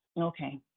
Okay